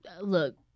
Look